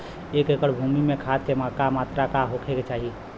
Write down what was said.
एक एकड़ भूमि में खाद के का मात्रा का होखे के चाही?